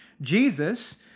Jesus